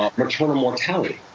ah maternal mortality.